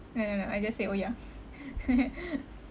no no no I just say oh ya